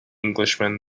englishman